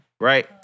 right